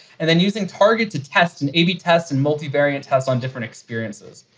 and then using target to test an ab tests and multi-variant has on different experiences.